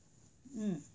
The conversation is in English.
mm